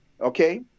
okay